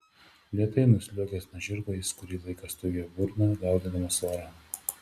lėtai nusliuogęs nuo žirgo jis kurį laiką stovėjo burna gaudydamas orą